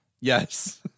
Yes